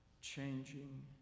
changing